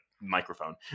microphone